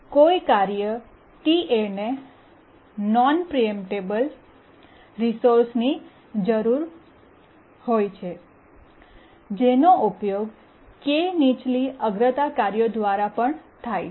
કોઈ કાર્ય Ta ને નોન પ્રીએમ્પટેબલ રિસોર્સ ની જરૂર હોય છે જેનો ઉપયોગ k નીચલી અગ્રતા કાર્યો દ્વારા પણ થાય છે